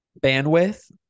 bandwidth